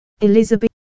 Elizabeth